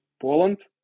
Poland